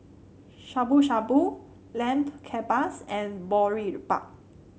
Shabu Shabu Lamb Kebabs and Boribap